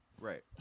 Right